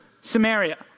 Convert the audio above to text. Samaria